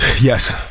Yes